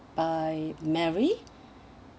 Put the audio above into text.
by mary